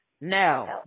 No